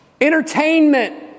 Entertainment